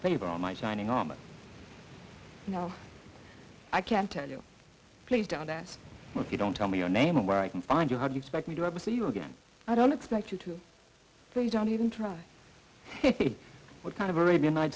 favor on my shining armor now i can tell you please don't ask if you don't tell me your name and where i can find you how do you expect me to ever see you again i don't expect you to they don't even try what kind of a